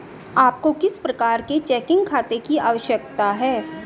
आपको किस प्रकार के चेकिंग खाते की आवश्यकता है?